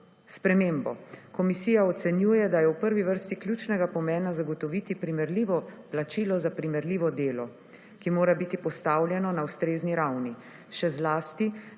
spremembo. Komisija ocenjuje, da je v prvi vrsti ključnega pomena zagotoviti primerljivo plačilo za primerljivo delo, ki mora biti postavljeno na ustrezni ravni, še zlasti